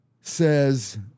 Says